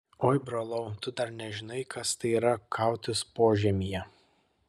oi brolau tu dar nežinai kas tai yra kautis požemyje